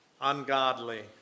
ungodly